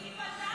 היא פנתה אליי.